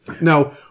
Now